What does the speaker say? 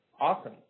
Awesome